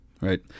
right